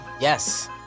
Yes